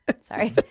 Sorry